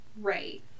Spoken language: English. right